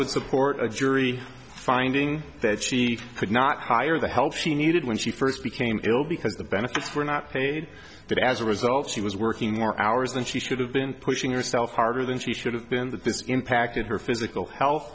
would support a jury finding that she could not hire the help she needed when she first became ill because the benefits were not paid that as a result she was working more hours than she should have been pushing yourself harder than she should have been that this impacted her physical health